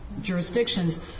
jurisdictions